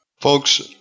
Folks